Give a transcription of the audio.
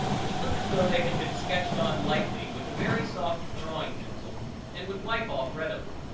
which look as though they had been sketched on lightly with a very soft drawing pencil and would wipe off readily.